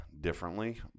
differently